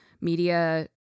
media